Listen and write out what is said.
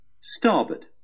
starboard